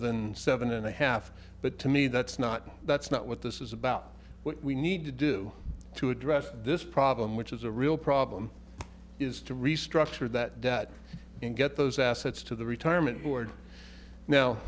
than seven and a half but to me that's not that's not what this is about what we need to do to address this problem which is a real problem is to restructure that debt and get those assets to the retirement board now